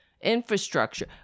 Infrastructure